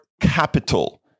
capital